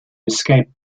escape